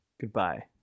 Goodbye